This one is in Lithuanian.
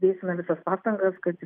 dėsime visas pastangas kad